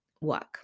work